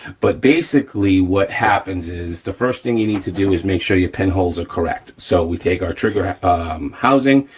but basically what happens is the first thing you need to do is make sure your pinholes are correct. so we take our trigger housing,